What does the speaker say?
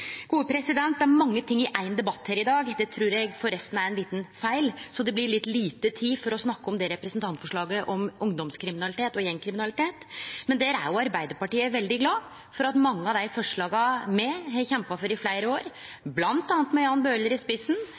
Det er mange ting i éin debatt her i dag – det trur eg forresten er ein feil – så det blir litt lita tid til å snakke om representantforslaget om ungdomskriminalitet og gjengkriminalitet, men der er jo Arbeidarpartiet veldig glad for at mange av dei forslaga me har kjempa for i fleire år, bl.a. med Jan Bøhler i spissen,